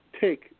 take